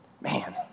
Man